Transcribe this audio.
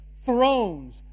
thrones